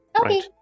Okay